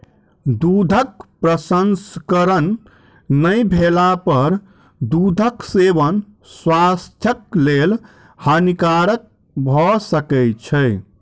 दूधक प्रसंस्करण नै भेला पर दूधक सेवन स्वास्थ्यक लेल हानिकारक भ सकै छै